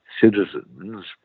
citizens